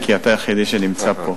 כי אתה היחידי שנמצא פה.